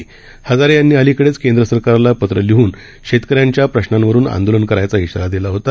अण्णाहजारे यांनी अलिकडेच केंद्र सरकारलापत्रलिहन शेतकऱ्यांच्याप्रश्नांवरूनआंदोलनकरायचाइशारादिलाहोता